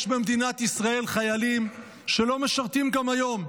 יש במדינת ישראל חיילים שלא משרתים גם היום.